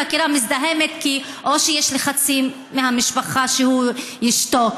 החקירה מזדהמת כי או שיש לחצים מהמשפחה שהוא ישתוק,